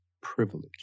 privilege